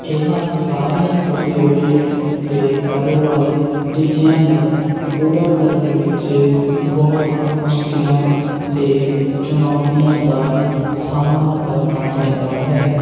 ਇਹਨਾਂ ਸਾਰੀਆਂ ਉਦਯੋਗਿਕ ਅਤੇ ਕਾਰੋਬਾਰੀ ਟੀਚਿਆਂ ਨੂੰ ਪੂਰਾ ਕਰਨ ਵਿੱਚ ਬਹੁਤ ਮੁਸ਼ਕਿਲਾਂ ਅਤੇ ਚੁਣੌਤੀਆਂ ਦਾ ਸਾਹਮਣਾ ਕਰਨਾ ਪੈਂਦਾ ਹੈ